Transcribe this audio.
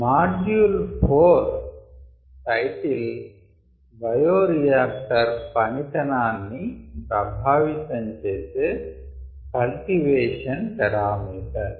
module 4 title శీర్షిక bioreactor పనితనాన్ని ప్రభావితం చేసే కల్టివేషన్ పారామీటర్స్